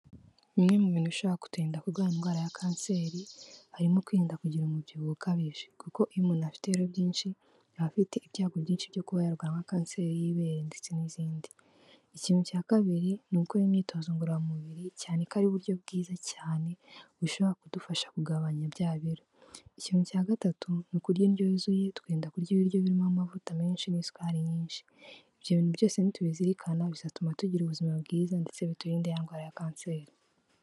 Bimwe mu bintu bishobora kuturinda kurwara indwara ya kanseri harimo: kwirinda kugira umubyibuho ukabije, kuko iyo umuntu afite ibiro byinshi aba afite ibyago byinshi byo kuba yarwara nka kanseri y’ibere ndetse n’izindi. Ikintu cya kabiri ni ugukora imyitozo ngororamubiri, cyane ko ari uburyo bwiza cyane bushobora kudufasha kugabanya bya biro. Ikintu cya gatatu ni ukurya indyo yuzuye, tukirinda kurya ibiryo birimo amavuta menshi n’isukari nyinshi. Ibyo bintu byose nitubizirikana, bizatuma tugira ubuzima bwiza ndetse biturinde ya ndwara ya kanseri.